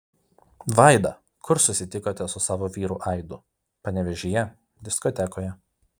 vaida kur susitikote su savo vyru aidu panevėžyje diskotekoje